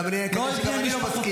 גם לי היה קטע שאני לא מסכים,